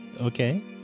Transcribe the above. Okay